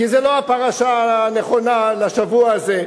כי זו לא הפרשה הנכונה לשבוע הזה.